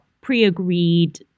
pre-agreed